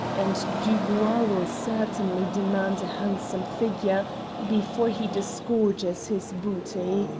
and dubois will certainly demand a handsome figure before he disgorges his booty.